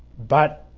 but